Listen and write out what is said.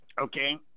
Okay